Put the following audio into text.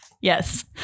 Yes